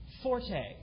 Forte